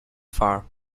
far